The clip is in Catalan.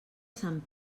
sant